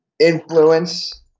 Influence